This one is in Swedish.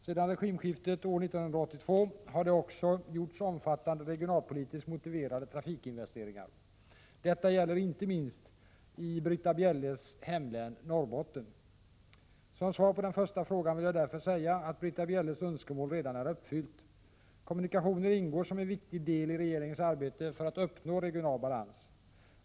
Sedan regimskiftet år 1982 har det också gjorts omfattande regionalpolitiskt motiverade trafikinvesteringar. Detta gäller inte minst i Britta Bjelles hemlän Norrbotten. Som svar på den första frågan vill jag därför säga att Britta Bjelles önskemål redan är uppfyllt. Kommunikationer ingår som en viktig del i regeringens arbete för att uppnå regional balans.